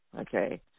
Okay